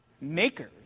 makers